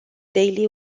daily